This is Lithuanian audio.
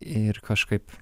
ir kažkaip